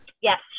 Yes